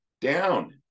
Down